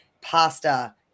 pasta